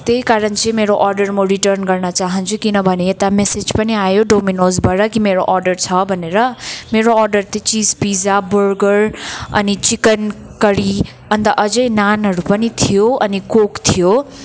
त्यहीकारण चाहिँ मेरो अर्डर म रिटर्न गर्न चाहन्छु किनभने यता मेसेज पनि आयो डोमिनोसबाट कि मेरो अर्डर छ भनेर मेरो अर्डर चाहिँ चिज पिज्जा बर्गर अनि चिकन करी अन्त अझै नानहरू पनि थियो अनि कोक थियो